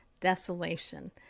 desolation